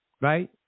right